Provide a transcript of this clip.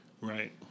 Right